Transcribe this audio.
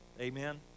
Amen